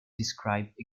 describe